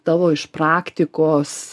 tavo iš praktikos